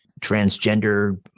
transgender